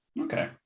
Okay